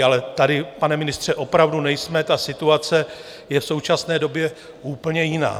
Ale tady, pane ministře, opravdu nejsme, situace je v současné době úplně jiná.